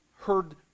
heard